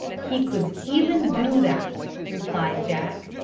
he could even do that, replied jack.